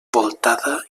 voltada